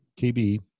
KB